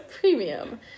premium